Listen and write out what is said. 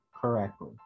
correctly